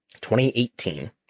2018